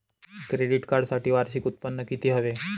Credit कार्डसाठी वार्षिक उत्त्पन्न किती हवे?